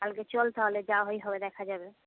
কালকে চল তাহলে যা হই হবে দেখা যাবে